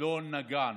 לא נגענו.